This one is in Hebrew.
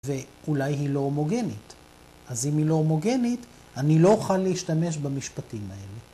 ‫ואולי היא לא הומוגנית. ‫אז אם היא לא הומוגנית, ‫אני לא אוכל להשתמש במשפטים האלה.